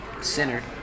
centered